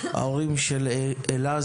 ההורים של אלה,